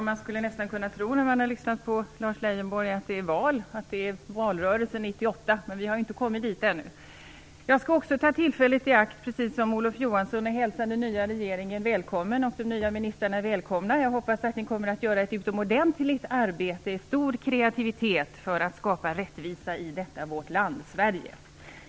Fru talman! När man lyssnar till Lars Leijonborg skulle man nästan kunna tro att det handlar om valrörelsen 1998, men vi har inte kommit dit ännu. Jag skall också ta tillfället i akt, precis som Olof Johansson, att hälsa den nya regeringen och de nya ministrarna välkomna. Jag hoppas att ni kommer att göra ett utomordentligt arbete i stor kreativitet för att skapa rättvisa i Sverige.